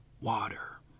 water